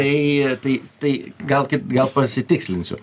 tai tai tai gal gal pasitikslinsiu